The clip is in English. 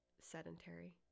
sedentary